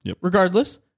Regardless